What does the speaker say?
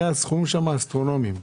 הרי הסכומים שם אסטרונומים.